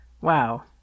Wow